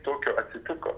tokio atsitiko